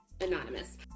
Anonymous